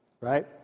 Right